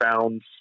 found